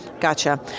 Gotcha